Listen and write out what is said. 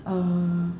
uh